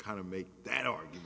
kind of make that argu